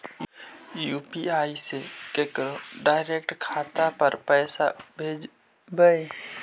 UPI से केकरो direct खाता पर पैसा कैसे भेजबै?